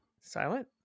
Silent